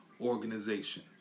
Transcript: organization